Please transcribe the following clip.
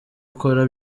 ukora